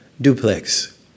Duplex